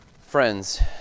friends